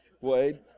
Wade